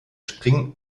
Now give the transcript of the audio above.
springen